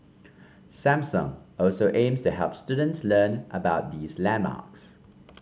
Samsung also aims help students learn about these landmarks